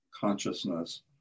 consciousness